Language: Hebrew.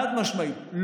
חד-משמעית,